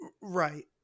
right